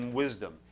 wisdom